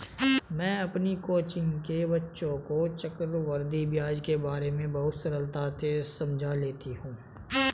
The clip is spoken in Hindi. मैं अपनी कोचिंग के बच्चों को चक्रवृद्धि ब्याज के बारे में बहुत सरलता से समझा लेती हूं